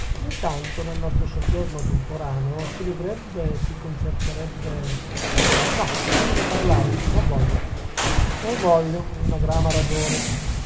intanto nel nostro soggiorno temporaneo si vedrebbe si concerterebbe no non me ne parlare non voglio non voglio è una grama ragione